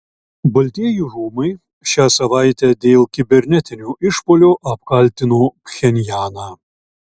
baltieji rūmai šią savaitę dėl kibernetinio išpuolio apkaltino pchenjaną